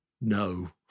No